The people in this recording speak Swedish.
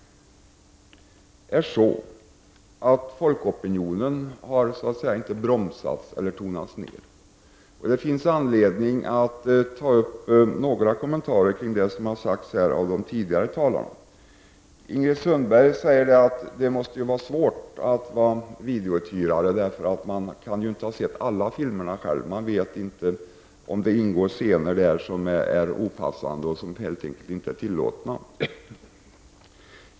Folkopinionen har inte bromsats eller tonats ned. Det finns anledning att göra några kommentarer till det som har sagts här av tidigare talare. Ingrid Sundberg sade att det måste vara svårt att vara videouthyrare, eftersom man inte kan se alla filmer själv. Man vet inte om det ingår scener som är opassande eller helt enkelt inte tillåtna.